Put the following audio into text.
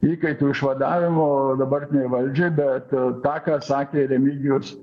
įkaitų išvadavimo dabartinei valdžiai bet tą ką sakė remigijus